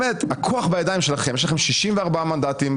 הכוח בידיים שלכם, יש לכם 64 מנדטים.